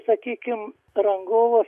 sakykim rangovas